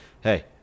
hey